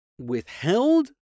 withheld